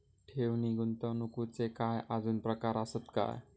ठेव नी गुंतवणूकचे काय आजुन प्रकार आसत काय?